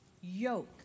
Yoke